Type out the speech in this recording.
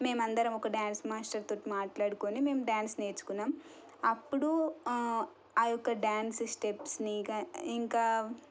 మేము అందరం ఒక డ్యాన్స్ మాస్టర్తోటి మాట్లాడుకొని మేము డ్యాన్స్ నేర్చుకున్నాము అప్పుడు ఆయొక్క డ్యాన్స్ స్టెప్స్ని గా ఇంకా